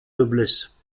noblesse